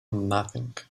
nothing